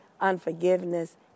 unforgiveness